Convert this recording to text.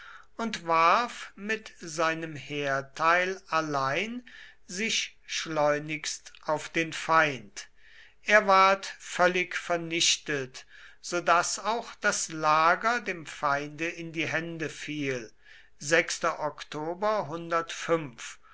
und warf mit seinem heerteil allein sich schleunigst auf den feind er ward völlig vernichtet so daß auch das lager dem feinde in die hände fiel